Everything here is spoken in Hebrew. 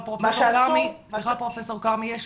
פרופ' כרמי,